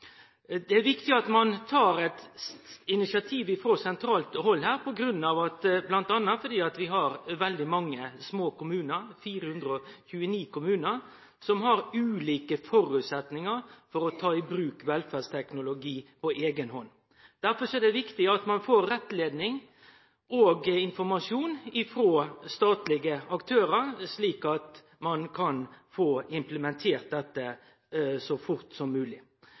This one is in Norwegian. Det er viktig at ein tek initiativ frå sentralt hald bl.a. fordi vi har veldig mange små kommunar, 429 kommunar, som har ulike føresetnader for å ta i bruk velferdsteknologi på eiga hand. Derfor er det viktig at ein får rettleiing og informasjon frå statlege aktørar, slik at ein kan få implementert dette så fort som